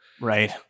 right